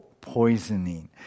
poisoning